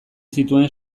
zituen